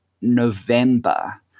November